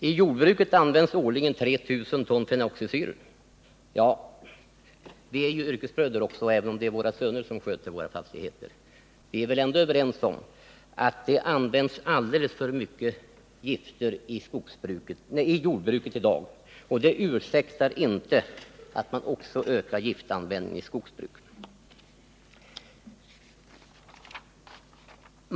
”I jordbruket används årligen över 3000 ton fenoxisyror.” Vi är ju yrkesbröder, jordbruksministern och jag, även om det är våra söner som sköter våra fastigheter. Vi är väl ändå överens om att det används alldeles för mycket gifter i jordbruket i dag. Det ursäktar inte att man också ökar giftanvändningen i skogsbruket.